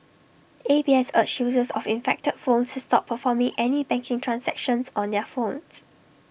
A B S urged users of infected phones to stop performing any banking transactions on their phones